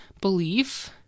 belief